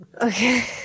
Okay